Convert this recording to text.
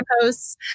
posts